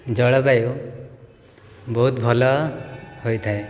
ଜଳବାୟୁ ବହୁତ ଭଲ ହୋଇଥାଏ